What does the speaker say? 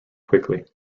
quickly